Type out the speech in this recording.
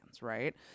right